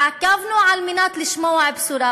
ועקבנו על מנת לשמוע בשורה,